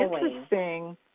interesting